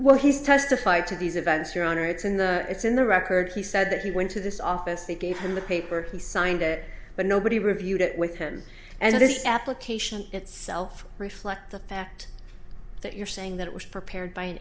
well he's testified to these events your honor it's in the it's in the record he said that he went to this office they gave him the paper he signed it but nobody reviewed it with him and this application itself reflects the fact that you're saying that it was prepared by an